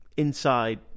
inside